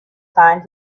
find